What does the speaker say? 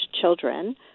children